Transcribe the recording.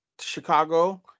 Chicago